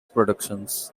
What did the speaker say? productions